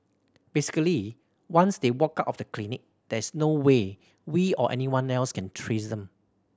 basically once they walk out of the clinic there is no way we or anyone else can trace them